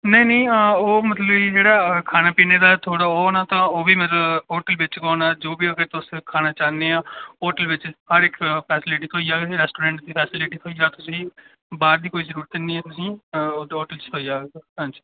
नेईं नेईं हां ओह् मतलब के जेह्ड़ा खाने पीने दा थुआड़ा ओह् होना तां ओह् बी होटल बिच्च गै होना जो बी अगर तुस खाना चाह्न्ने होटल बिच्च हर इक फैसिलिटी थ्होई जाग रेस्टूरेंट दी फैसिलिटी थ्होई जाग तुसेंगी बाह्र दी कोई जरूरत नी ऐ तुसेंगी होटल च थ्होई जाग हां जी